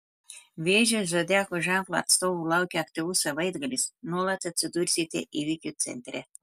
vėžio zodiako ženklo atstovų laukia aktyvus savaitgalis nuolat atsidursite įvykių centre